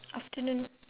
afternoon